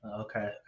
Okay